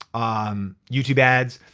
um youtube ads,